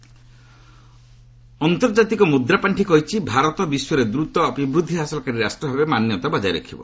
IMF ଆନ୍ତର୍ଜାତିକ ମୁଦ୍ରାପାଣ୍ଠି କହିଛି ଭାରତ ବିଶ୍ୱରେ ଦ୍ରତ ଅଭିବୃଦ୍ଧି ହାସଲକାରୀ ରାଷ୍ଟ ଭାବେ ମାନ୍ୟତା ବକାୟ ରଖିବ